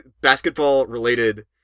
basketball-related